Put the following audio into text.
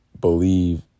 believe